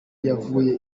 yavuye